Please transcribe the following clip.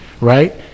right